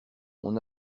mon